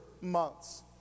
months